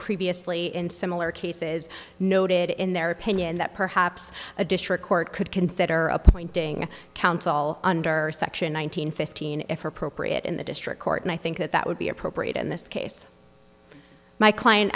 previously in similar cases noted in their opinion that perhaps a district court could consider appointing counsel under section one nine hundred fifteen f or procrit in the district court and i think that would be appropriate in this case my client